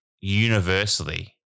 universally